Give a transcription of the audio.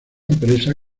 empresa